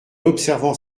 observant